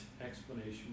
explanation